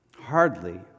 Hardly